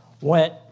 went